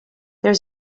there